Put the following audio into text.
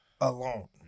alone